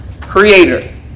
creator